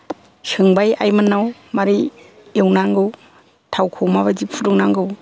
सोंबाय आइमोन्नाव मारै एवनांगौ थावखौ माबायदि फुदुंनांगौ